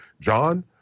John